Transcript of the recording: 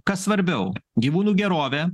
kas svarbiau gyvūnų gerovė